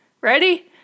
Ready